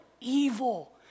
evil